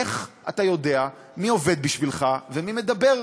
איך אתה יודע מי עובד בשבילך ומי מדבר?